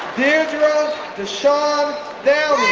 deardra deshone downey